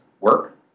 work